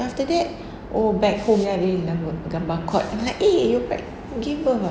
then after that oh back home lah then ada gambar gambar court then I was like eh like you gave birth ah